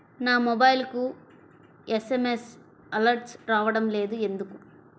నా మొబైల్కు SMS alerts రావడం లేదు ఎందుకు?